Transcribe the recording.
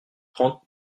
trente